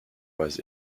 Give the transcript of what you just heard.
was